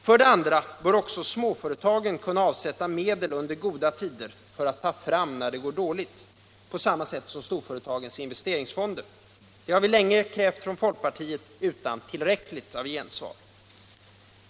För det andra bör också småföretagen kunna avsätta medel under goda tider för att ta fram när det går dåligt, på samma sätt som fallet är med storföretagens investeringsfonder. Det har vi länge krävt från folkpartiet — utan tillräckligt gensvar.